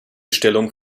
stellung